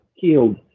killed